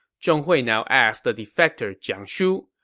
zhong hui now asked the defector jiang shu,